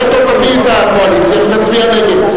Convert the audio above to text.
וטו, תביא את הקואליציה שתצביע נגד.